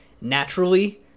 naturally